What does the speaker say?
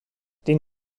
den